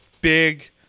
big